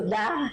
תודה.